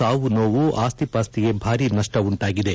ಸಾವು ನೋವು ಆಸ್ತಿ ಪಾಸ್ತಿಗೆ ಭಾರಿ ನಷ್ಟ ಉಂಟಾಗಿದೆ